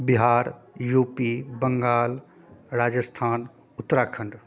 Bihar U P Bengal Rajasthan Uttarakhand